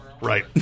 Right